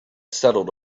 settled